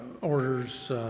orders